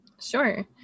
Sure